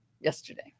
yesterday